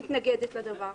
מתנגדת לדבר.